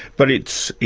but it's.